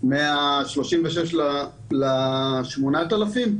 מה-36 ל-8,000?